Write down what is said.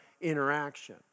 interaction